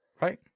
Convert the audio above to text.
Right